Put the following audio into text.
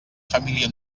família